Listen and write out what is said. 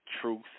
truth